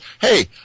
hey